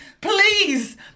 Please